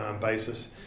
basis